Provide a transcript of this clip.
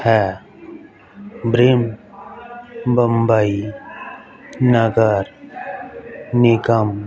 ਹੈ ਬਰਿੰਕ ਬੰਬਈ ਨਗਰ ਨਿਗਮ